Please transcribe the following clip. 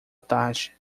tarde